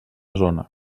zona